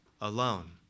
alone